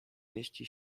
mieści